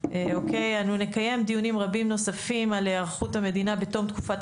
אנו נקיים דיונים רבים נוספים על היערכות המדינה בתום תקופת